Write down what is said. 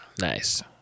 nice